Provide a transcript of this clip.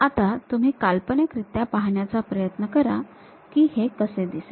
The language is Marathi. आता तुम्ही काल्पनिकरीत्या पाहण्याचा प्रयत्न करा की हे कसे दिसेल